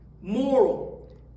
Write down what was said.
moral